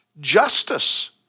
justice